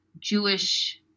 Jewish